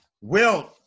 Wilt